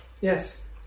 yes